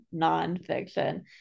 nonfiction